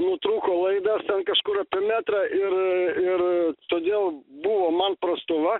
nutrūko laidas ten kažkur apie metrą ir ir todėl buvo man prastova